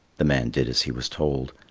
the man did as he was told.